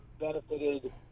benefited